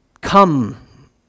come